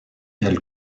elle